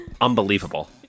Unbelievable